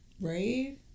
Right